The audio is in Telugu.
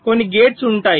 కొన్ని గేట్స్ ఉంటాయి